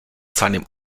seinem